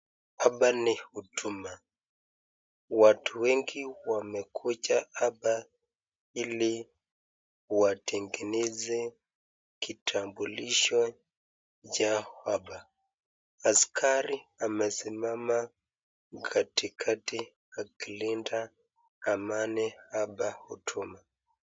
Hapa ni huduma. Watu wengi wamekuja hapa ili watengeneze kitambulisho chao hapa. Askari amesimama katikati akilinda amani hapa huduma.